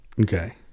Okay